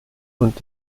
und